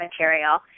material